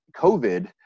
COVID